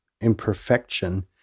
imperfection